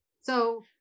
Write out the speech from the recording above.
So-